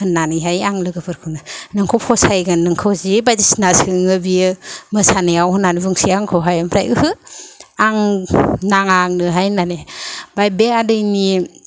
होननानैहाय आं लोगोफोरखौ नोंखौ फसायोगोन नोंखौ जि बायदिसिना सोङो बियो मोसानायाव बुंसै आंखौहाय ओमफ्राय ओहो आं नाङा आंनोहाय होननानै ओमफ्राय बे आदैनि